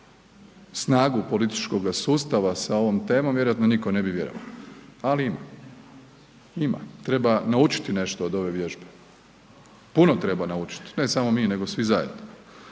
snagu političkoga sustava sa ovom temom, vjerojatno nitko ne bi vjerovao. Ali ima, treba naučiti nešto od ove vježbe, puno treba naučiti, ne samo mi nego svi zajedno.